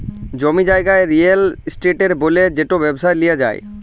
জমি জায়গাকে real estate ব্যলে যেট ব্যবসায় লিয়া যায়